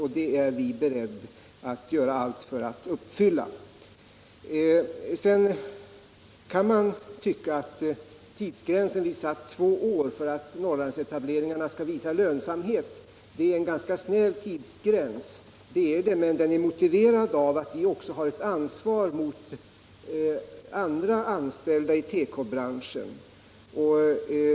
Och det åtagandet är vi i den nuvarande regeringen beredda att göra allt för att fullfölja. Sedan kan man tycka att den tidsgräns, två år, som vi satt för att Norrlandsetableringarna skall visa lönsamhet är en ganska snäv gräns. Den är snäv, men den är motiverad av att vi också har ett ansvar mot andra anställda i tekobranschen.